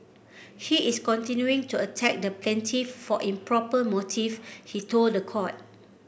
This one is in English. he is continuing to attack the plaintiff for improper motive he told the court